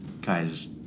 Guys